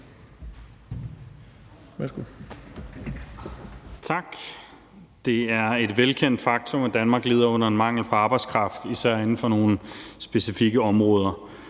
Tak. Det er et velkendt faktum, at Danmark lider under en mangel på arbejdskraft, især inden for nogle specifikke områder.